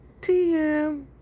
TM